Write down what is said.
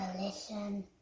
listen